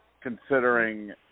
Considering